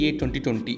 2020